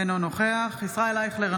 אינו נוכח ישראל אייכלר,